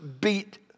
beat